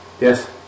yes